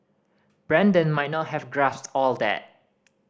Brandon might not have grasped all that